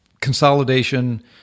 consolidation